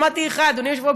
אמרתי לך: אדוני היושב-ראש,